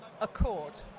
accord